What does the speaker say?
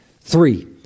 three